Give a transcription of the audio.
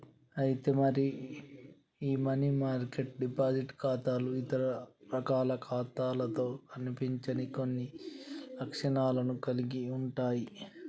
అయితే మరి ఈ మనీ మార్కెట్ డిపాజిట్ ఖాతాలు ఇతర రకాల ఖాతాలతో కనిపించని కొన్ని లక్షణాలను కలిగి ఉంటాయి